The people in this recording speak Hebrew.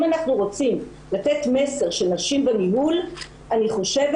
אם אנחנו רוצים לתת מסר של נשים בניהול אני חושבת